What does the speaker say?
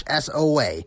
SOA